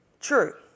True